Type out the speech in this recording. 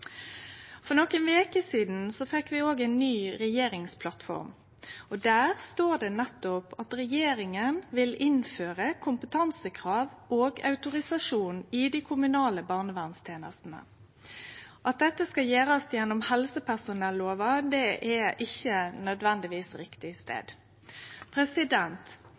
For nokre veker sidan fekk vi ei ny regjeringsplattform. Der står det nettopp at regjeringa vil innføre kompetansekrav og autorisasjon i dei kommunale barnevernstenestene. At dette skal gjerast gjennom helsepersonellova, er derimot ikkje nødvendigvis riktig.